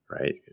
Right